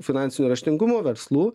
finansiniu raštingumu verslų